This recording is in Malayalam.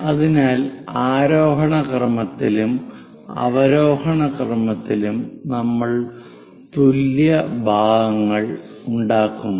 അതിനാൽ ആരോഹണ ക്രമത്തിലും അവരോഹണ ക്രമത്തിലും നമ്മൾ തുല്യ ഭാഗങ്ങൾ ഉണ്ടാക്കുന്നു